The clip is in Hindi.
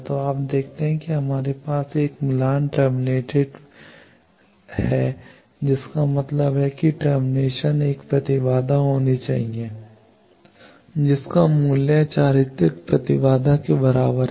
तो आप देखते हैं कि हमारे पास मिलान टर्मिनेटेड मिलान है जिसका मतलब है कि टर्मिनेशन एक प्रतिबाधा होनी चाहिए जिसका मूल्य चारित्रिक प्रतिबाधा के बराबर है